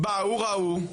באו, ראו,